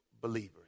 believers